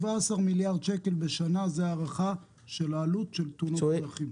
17 מיליארד שקל בשנה זו הערכה של עלות תאונות הדרכים.